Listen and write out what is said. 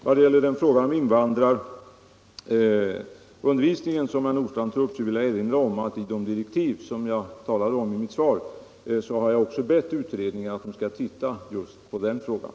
Vad gäller den fråga om invandrarutbildningen som herr Nordstrandh tog upp vill jag erinra om att i de direktiv som jag nämnde i mitt svar har jag bett utredningen att studera också det spörsmålet.